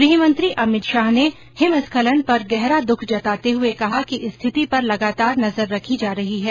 गृहमंत्री अमित शाह ने हिमस्खलन पर गहरा द्रख जताते हये कहा कि स्थिति पर लगातार नजर रखी जा रही है